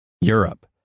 Europe